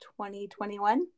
2021